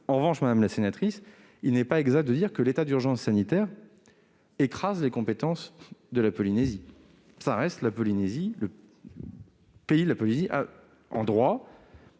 En revanche, madame la sénatrice, il n'est pas exact de dire que l'état d'urgence sanitaire écrase les compétences de la Polynésie. En tant que pays, la Polynésie est, en droit,